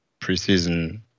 preseason